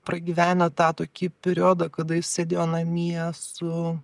pragyvenę tą tokį periodą kada jis sėdėjo namie su